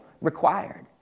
required